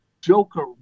Joker